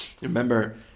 remember